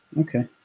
Okay